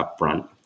upfront